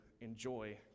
enjoy